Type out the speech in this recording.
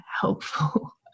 helpful